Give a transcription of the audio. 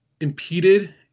impeded